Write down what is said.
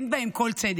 לי.